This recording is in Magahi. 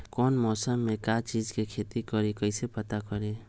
कौन मौसम में का चीज़ के खेती करी कईसे पता करी?